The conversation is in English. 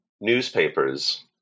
newspapers